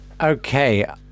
okay